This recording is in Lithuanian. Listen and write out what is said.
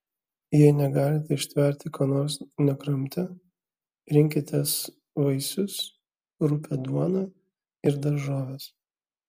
jei negalite ištverti ko nors nekramtę rinkitės vaisius rupią duoną ir daržoves